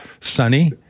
sunny